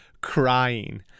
crying